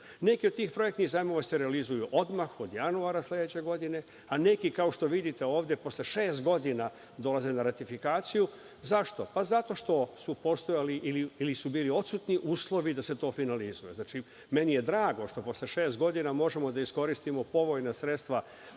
Neki od tih projektnih zajmova se realizuju odmah od januara sledeće godine, a neki, kao što vidite ovde, posle šest godina dolaze na ratifikaciju. Zašto? Pa, zato što su postojali ili su bili odsutni uslovi da se to finalizuje. Znači, meni je drago što posle šest godina možemo da iskoristimo povoljna sredstva